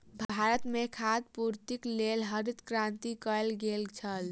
भारत में खाद्य पूर्तिक लेल हरित क्रांति कयल गेल छल